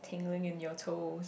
tingling in your toes